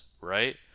right